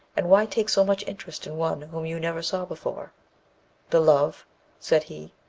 and why take so much interest in one whom you never saw before the love said he,